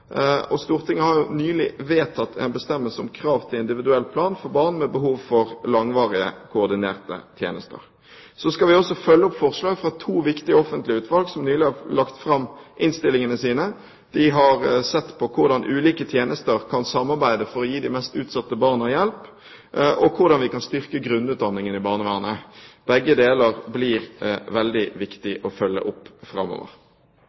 og Stortinget har nylig vedtatt en bestemmelse om krav til individuell plan for barn med behov for langvarige, koordinerte tjenester. Så skal vi også følge opp forslag fra to viktige offentlige utvalg som nylig har lagt fram innstillingene sine. De har sett på hvordan ulike tjenester kan samarbeide for å gi de mest utsatte barna hjelp, og hvordan vi kan styrke grunnutdanningen i barnevernet. Begge deler blir det veldig viktig å følge opp framover.